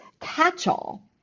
catch-all